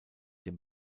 dem